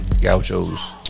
Gauchos